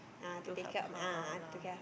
to help her out lah